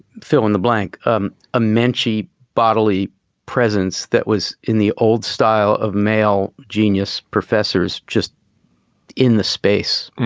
fill in the blank um immensely bodily presence that was in the old style of male genius professors just in the space.